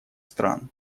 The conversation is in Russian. стран